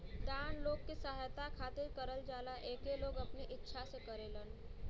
दान लोग के सहायता खातिर करल जाला एके लोग अपने इच्छा से करेलन